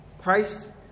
Christ